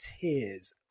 tears